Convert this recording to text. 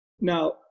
Now